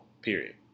period